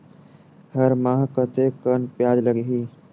हर माह कतेकन ब्याज लगही?